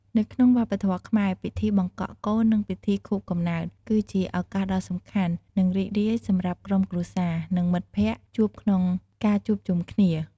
នៅក្នុងវប្បធម៌ខ្មែរ ពិធីបង្កក់កូន និងពិធីខួបកំណើត គឺជាឱកាសដ៏សំខាន់ និងរីករាយសម្រាប់ក្រុមគ្រួសារ និងមិត្តភក្តិជួបក្នុងការជួបជុំគ្នា។